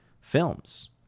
films